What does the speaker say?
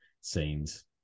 scenes